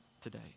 today